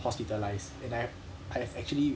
hospitalised and I've I have actually